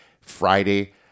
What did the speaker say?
Friday